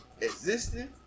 existing